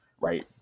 Right